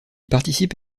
participe